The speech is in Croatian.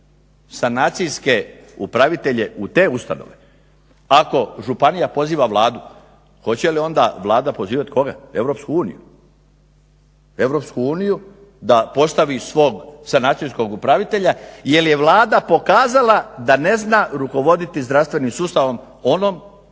sanacijske upravitelje u te ustanove ako županija poziva Vladu. Hoće li onda Vlada pozivati koga, Europsku uniju, Europsku uniju da postavi svog sanacijskog upravitelja jer je Vlada pokazala da ne zna rukovoditi zdravstvenim sustavom onom